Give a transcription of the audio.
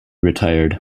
retired